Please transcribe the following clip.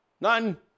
None